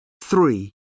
Three